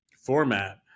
format